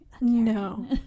no